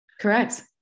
Correct